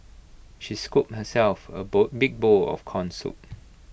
she scooped herself A bowl big bowl of Corn Soup